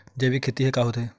जैविक खेती ह का होथे?